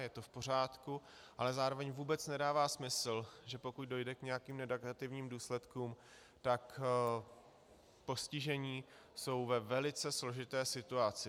Je to v pořádku, ale zároveň vůbec nedává smysl, že pokud dojde k nějakým negativním důsledkům, tak postižení jsou ve velice složité situaci.